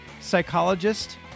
psychologist